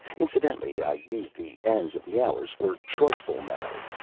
incidentally, i use the ends of the hours for trifle-memos.